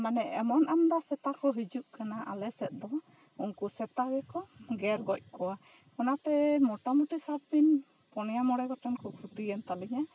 ᱢᱟᱱᱮ ᱮᱢᱚᱱ ᱟᱢᱫᱟ ᱥᱮᱛᱟ ᱠᱚ ᱦᱤᱡᱩᱜ ᱠᱟᱱᱟ ᱟᱞᱮ ᱥᱮᱫ ᱫᱚ ᱩᱱᱠᱩ ᱥᱮᱛᱟ ᱜᱮ ᱠᱚ ᱜᱮᱨ ᱜᱚᱡ ᱠᱚᱣᱟ ᱚᱱᱟ ᱛᱮ ᱢᱚᱴᱟ ᱢᱩᱴᱤ ᱥᱟᱵ ᱵᱤᱱ ᱯᱚᱱᱮᱭᱟ ᱢᱚᱬᱮ ᱜᱚᱴᱮᱝ ᱠᱚ ᱠᱷᱩᱛᱤᱭᱮᱱ ᱛᱟᱞᱮᱧᱟ